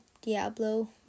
diablo